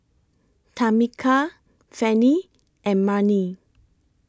Tamika Fanny and Marni